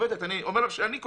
אני אומר לך שאני מתריע על זה.